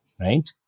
right